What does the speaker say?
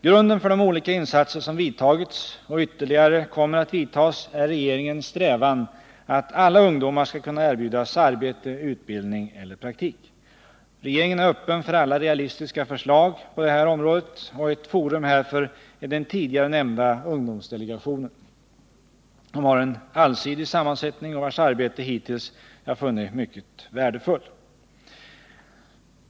Grunden för de olika insatser som vidtagits och ytterligare kommer att vidtas är regeringens strävan att alla ungdomar skall kunna erbjudas arbete, utbildning eller praktik. Regeringen är öppen för alla realistiska förslag på detta område, och ett forum härför är den tidigare nämnda ungdomsdelegationen, som har en allsidig sammansättning och vars arbete hittills jag funnit mycket värdefullt.